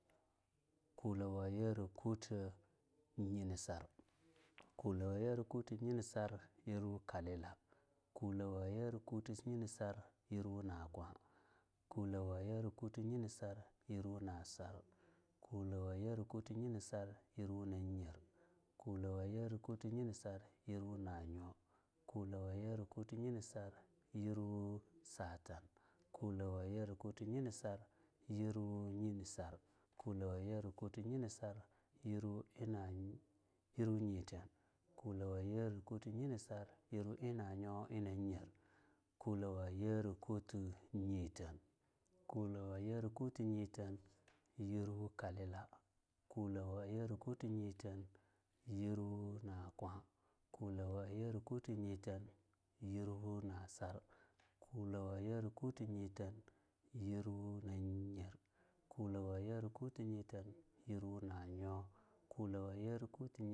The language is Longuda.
Kulawo ayera kuti nyini sar, kulawo ayera kuti nyini sar yirwu kalila, kulawo ayera kuti nyini sar yirwu nakwa, kulawo ayera kuti nyini sar yirwu naasr, kulawo ayera kuti nyini sar yirwu nanyer, kulawo ayera kuti nyini sar yirwu nanyo, kulawo ayera kuti nyini sar yirwu satan, kulawo ayera kuti nyini sar yirwu nyinisar, kulawo ayera kuti nyini sar yirwu in yirwu nyiten, kulawo ayera kuti nyini sar yirwu inanyo ina nyer, kulawo ayera kuti nyeten, kulawa ayere kuti nyeten yirwu kalila, kulawa ayere kuti nyeten yirwu nakwa, kulawa ayere kuti nyeten yirwu nasar, kulawa ayere kuti nyeten yirwu nanyer, kulawa ayere kuti nyeten yirwu nanyo kulawa ayere.